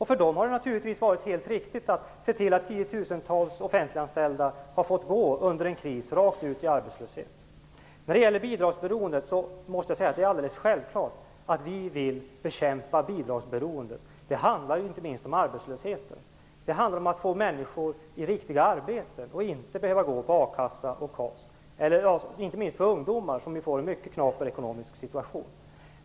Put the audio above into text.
För dem var det naturligtvis helt riktigt att tiotusentals offentliganställda under en kris fick gå rakt ut i arbetslösheten. Det är alldeles självklart att vi vill bekämpa bidragsberoendet. Det handlar inte minst om arbetslösheten. Det handlar om att människor skall få riktiga arbeten och inte behöva få a-kassa och KAS. Inte minst ungdomar har ju en mycket knaper ekonomisk situation.